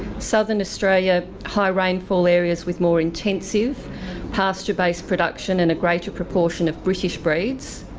southern australia high rainfall areas with more intensive pasture-based production and a greater proportion of british breeds,